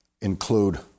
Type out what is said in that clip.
include